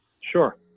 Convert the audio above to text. Sure